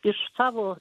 iš savo